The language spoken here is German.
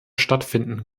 stattfinden